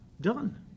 done